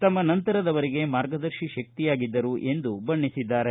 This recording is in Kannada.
ತಮ್ಮ ನಂತರದವರಿಗೆ ಮಾರ್ಗದರ್ಶಿ ಶಕ್ತಿಯಾಗಿದ್ದರು ಎಂದು ಬಣ್ಣಿಸಿದ್ದಾರೆ